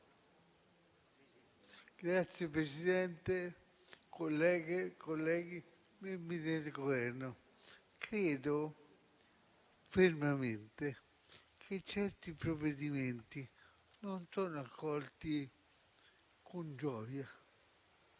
Presidente, colleghe e colleghi, membri del Governo, credo fermamente che certi provvedimenti non siano accolti con gioia.